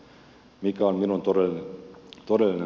mikä on minun todellinen huoleni